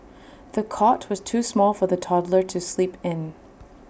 the cot was too small for the toddler to sleep in